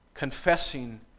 confessing